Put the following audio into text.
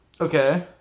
okay